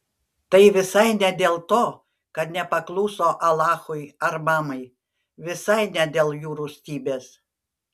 tai visai ne dėl to kad nepakluso alachui ar mamai visai ne dėl jų rūstybės